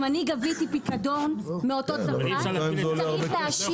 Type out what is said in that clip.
אם אני גביתי פיקדון, יש להשיב אותו.